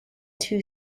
two